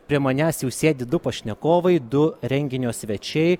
prie manęs jau sėdi du pašnekovai du renginio svečiai